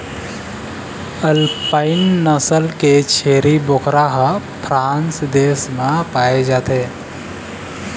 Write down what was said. alpine नसल के छेरी बोकरा ह फ्रांस देश म पाए जाथे